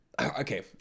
okay